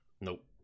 Nope